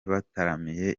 bataramiye